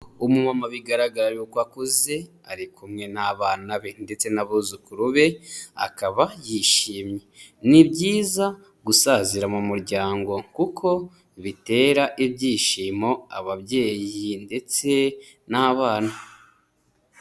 Umumama bigaragara yuko akuze, ari kumwe n'abana be ndetse n'abuzukuru be, akaba yishimye. Ni byiza gusazira mu muryango. Kuko bitera ibyishimo ababyeyi ndetse n'abana.